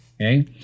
okay